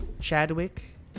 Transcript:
Chadwick